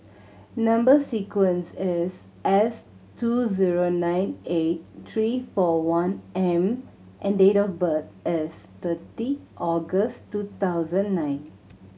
number sequence is S two zero nine eight three four one M and date of birth is thirty August two thousand nine